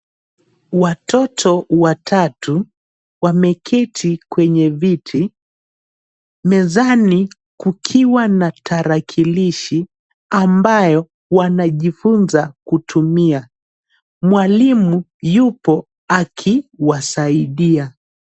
Watoto watatu wameketi kwenye viti mezani kukiwa na tarakilishi ambayo wanajifunza kutumia. Mwalimu yupo akiwasaidia.